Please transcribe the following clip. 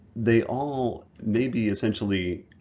they all may be essentially